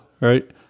right